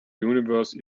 universe